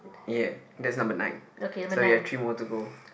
ya that's number nine so we've three more to go